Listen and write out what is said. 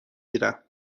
گیرم